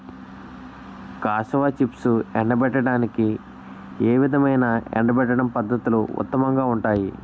Cassava చిప్స్ను ఎండబెట్టడానికి ఏ విధమైన ఎండబెట్టడం పద్ధతులు ఉత్తమంగా ఉంటాయి?